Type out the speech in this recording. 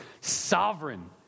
sovereign